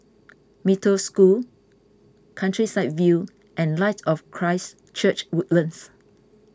Mee Toh School Countryside View and Light of Christ Church Woodlands